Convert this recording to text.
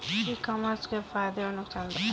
ई commerce के फायदे और नुकसान बताएँ?